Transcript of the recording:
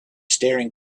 staring